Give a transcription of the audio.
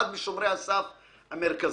אחד משומרי הסף המרכזיים.